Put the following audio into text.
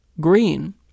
green